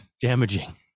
damaging